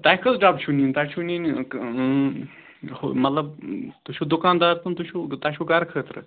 تۄہہِ کٔژ ڈَبہٕ چھُو نِنۍ تۄہہِ چھُو نِنۍ ہُہ مطلب تُہۍ چھُو دُکاندار کِن تُہۍ چھُو تۄہہِ چھُو گَرٕ خٲطرٕ